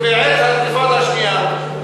ובעת האינתיפאדה השנייה,